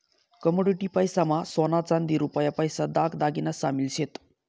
commodity पैसा मा सोना चांदी रुपया पैसा दाग दागिना शामिल शेत